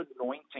anointing